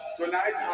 tonight